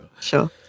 sure